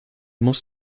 muss